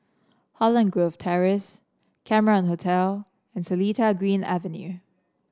Holland Grove Terrace Cameron Hotel and Seletar Green Avenue